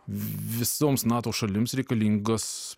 visoms nato šalims reikalingas